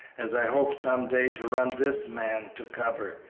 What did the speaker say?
as i hope some day to run this man to cover,